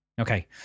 Okay